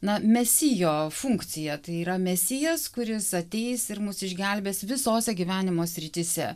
na mesijo funkcija tai yra mesijas kuris ateis ir mus išgelbės visose gyvenimo srityse